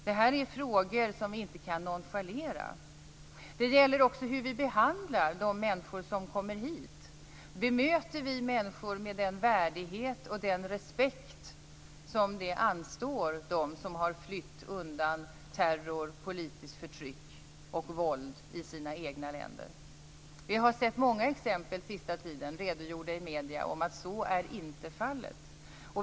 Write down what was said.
Det här är frågor som vi inte kan nonchalera. Det gäller också hur vi behandlar de människor som kommer hit. Bemöter vi människor med den värdighet och den respekt som det anstår dem som har flytt undan terror, politiskt förtryck och våld i sina egna länder? Vi har på den senaste tiden i medierna sett många exempel på att så inte är fallet.